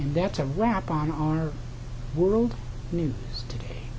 and that's a wrap on our world news today